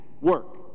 work